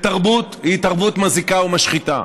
בתרבות היא התערבות מזיקה ומשחיתה,